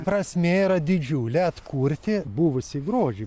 prasmė yra didžiulė atkurti buvusį grožį